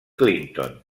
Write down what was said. clinton